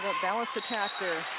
balanced attack there.